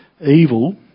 Evil